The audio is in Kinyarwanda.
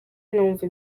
numva